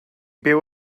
byw